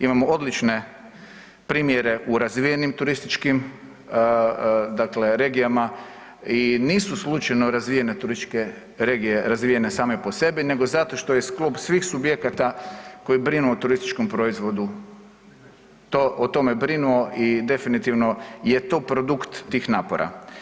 Imamo odlične primjere u razvijenim turističkim, dakle regijama i nisu slučajno razvijene turističke regije razvijene same po sebi nego zato što je skup svih subjekata koji brinu o turističkom proizvodu, to, o tome brinu i definitivno je to produkt tih napora.